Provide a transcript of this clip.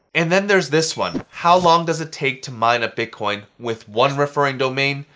and then there's this one, how long does it take to mine a bitcoin with one referring domain,